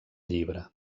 llibre